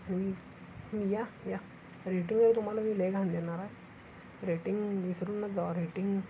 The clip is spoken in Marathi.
आणि या या रेटिंग तर तुम्हाला मी लय घाण देणार आहे रेटिंग विसरुनच जा रेटिंग